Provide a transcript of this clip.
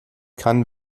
kann